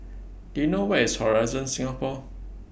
Do YOU know Where IS Horizon Singapore